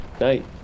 Night